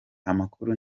amakuru